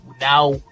now